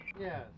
Yes